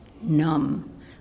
numb